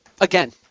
Again